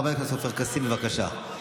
חבר הכנסת עופר כסיף, בבקשה.